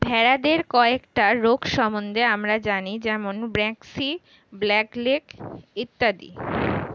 ভেড়াদের কয়েকটা রোগ সম্বন্ধে আমরা জানি যেরম ব্র্যাক্সি, ব্ল্যাক লেগ ইত্যাদি